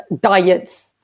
diets